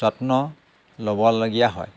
যত্ন ল'বলগীয়া হয়